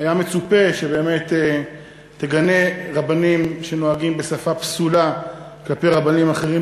היה מצופה שבאמת תגנה רבנים שנוהגים בשפה פסולה כלפי רבנים אחרים,